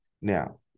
Now